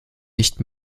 nicht